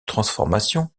transformation